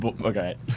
Okay